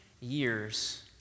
years